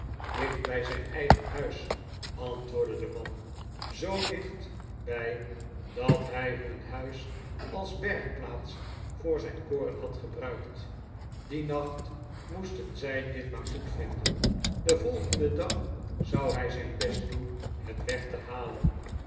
dicht bij zijn eigen huis antwoordde de man zoo dichtbij dat hij hun huis als bergplaats voor zijn koren had gebruikt dien nacht moesten zij dit maar goedvinden den volgenden dag zou hij zijn best doen het weg te halen